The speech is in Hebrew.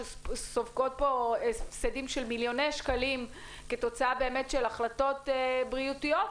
שסופגות פה הפסדים של מיליוני שקלים כתוצאה מהחלטות בריאותיות,